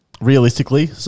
realistically